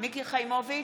מיקי חיימוביץ'